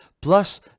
plus